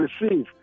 receive